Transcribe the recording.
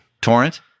Torrent